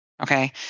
Okay